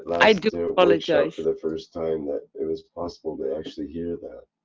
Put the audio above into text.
i do apologize. for the first time that it was possible to actually hear that.